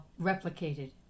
replicated